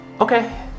Okay